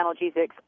analgesics